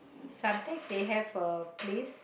Suntec they have a place